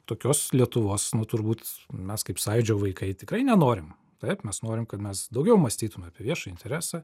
tokios lietuvos na turbūt mes kaip sąjūdžio vaikai tikrai nenorim taip mes norim kad mes daugiau mąstytume apie viešąjį interesą